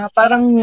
parang